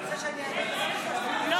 --- לא